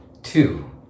Two